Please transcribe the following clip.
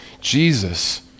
Jesus